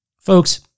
Folks